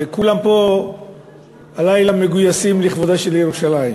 וכולם פה הלילה מגויסים לכבודה של ירושלים.